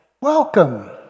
welcome